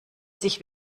sich